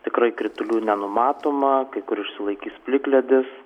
tikrai kritulių nenumatoma kur išsilaikys plikledis